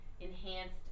enhanced